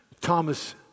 Thomas